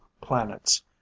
planets